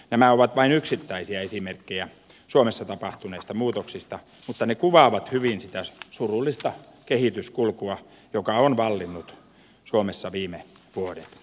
nämä ovat vain yksittäisiä esimerkkejä suomessa tapahtuneista muutoksista mutta ne kuvaavat hyvin sitä surullista kehityskulkua joka on vallinnut suomessa viime vuodet